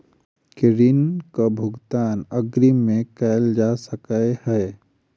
की ऋण कऽ भुगतान अग्रिम मे कैल जा सकै हय?